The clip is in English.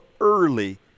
early